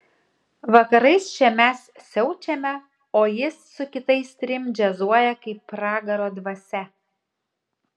vakarais čia mes siaučiame o jis su kitais trim džiazuoja kaip pragaro dvasia